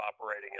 operating